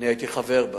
שהייתי חבר בה,